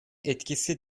etkisi